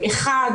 אחת,